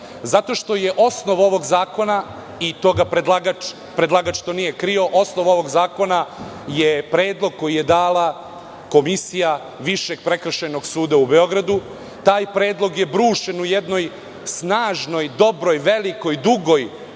zato što je osnov ovog zakona, i predlagač to nije krio, predlog koji je dala Komisija Višeg prekršajnog suda u Beogradu. Taj predlog je brušen u jednoj snažnoj, dobroj, velikoj, dugoj